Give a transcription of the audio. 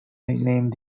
nickname